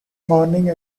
morning